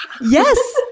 Yes